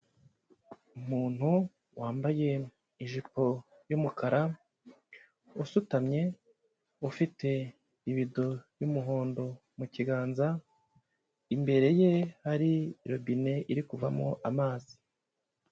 Umuntu wambaye ijipo y'umukara, usutamye, ufite ibido y'umuhondo mu kiganza, imbere ye hari robine iri kuvamo amazi.